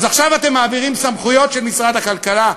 אז עכשיו אתם מעבירים סמכויות של משרד הכלכלה.